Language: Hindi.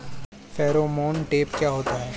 फेरोमोन ट्रैप क्या होता है?